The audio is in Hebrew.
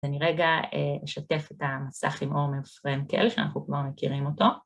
אני רגע אשתף את המסך עם עומר פרנקל שאנחנו כבר מכירים אותו.